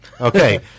Okay